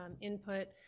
input